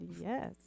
Yes